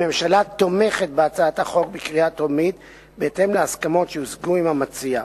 הממשלה תומכת בהצעת החוק בקריאה טרומית בהתאם להסכמות שהושגו עם המציע: